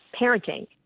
parenting